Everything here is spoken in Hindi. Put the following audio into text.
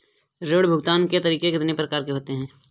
ऋण भुगतान के तरीके कितनी प्रकार के होते हैं?